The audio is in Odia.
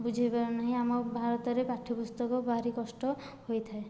ବୁଝେଇ ପାରୁନାହିଁ ଆମ ଭାରତରେ ପାଠ୍ୟ ପୁସ୍ତକ ଭାରି କଷ୍ଟ ହୋଇଥାଏ